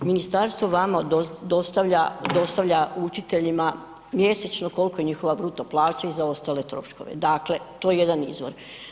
Ministarstvo vama dostavlja učiteljim mjesečno koliko je njihova bruto plaća i za ostale troškove, dakle to je jedan izvor.